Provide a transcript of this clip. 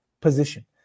position